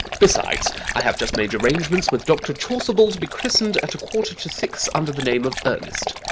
besides i have just made arrangements with dr. chasuble to be christened at a quarter to six under the name of ernest.